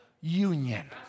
union